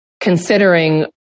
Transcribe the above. considering